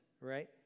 right